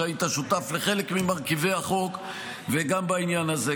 שהיית שותף לחלק ממרכיבי החוק וגם בעניין הזה.